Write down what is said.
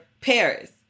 Paris